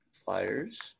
flyers